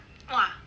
!wah!